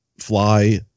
fly